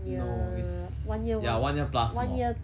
no it's ya one year plus more